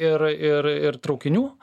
ir ir ir traukinių